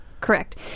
correct